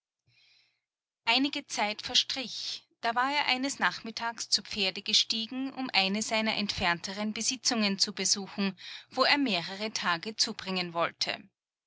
einige zeit verstrich da war er eines nachmittags zu pferde gestiegen um eine seiner entferntern besitzungen zu besuchen wo er mehrere tage zubringen wollte